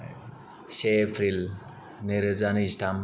से एप्रिल नैरोजा नैजिथाम